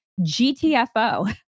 GTFO